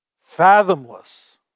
fathomless